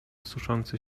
suszący